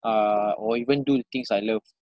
uh or even do the things I love